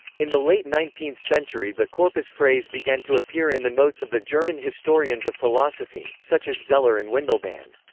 in the late nineteenth century the corpus phrase began to appear in the notes of the german historians of philosophy, such as zeller and windelband.